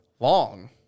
Long